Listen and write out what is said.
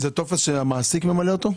זה טופס שהמעסיק ממלא אותו?